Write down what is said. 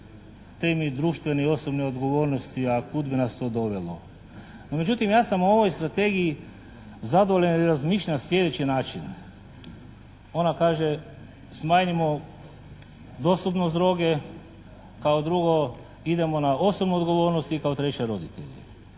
temi društvene i osobne odgovornosti a kud bi nas to dovelo? No međutim ja sam u ovoj strategiji zadovoljan jer razmišljam na sljedeći način. Ona kaže: Smanjimo dostupnost droge. Kao drugo, idemo na osobnu odgovornost i kao treće roditelji.